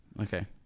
Okay